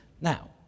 Now